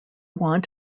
want